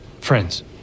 Friends